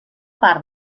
part